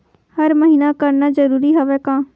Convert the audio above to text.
हर महीना करना जरूरी हवय का?